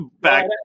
back